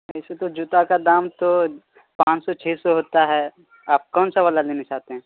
ایسے تو جوتا کا دام تو پانچ سو چھ سو ہوتا ہے آپ کون سا والا لینا چاہتے ہیں